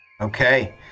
Okay